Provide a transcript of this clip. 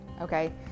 okay